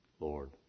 Lord